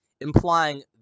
implying